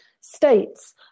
states